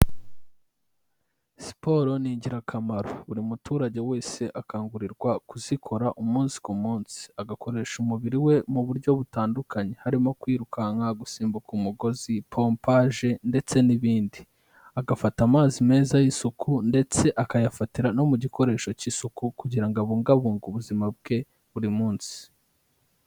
Siporo ni ingirakamaro, buri muturage wese akangurirwa kuzikora umunsi ku munsi, agakoresha umubiri we mu buryo butandukanye, harimo kwirukanka, gusimbuka umugozi, pompaje ndetse n'ibindi. Agafata amazi meza y'isuku ndetse akayafatira no mu gikoresho cy'isuku, kugira ngo abungabunge ubuzima bwe buri munsi.